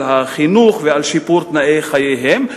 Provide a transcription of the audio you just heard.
על החינוך ועל שיפור תנאי חייהן.